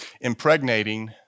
impregnating